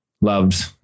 loved